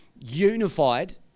unified